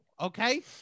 Okay